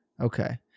Okay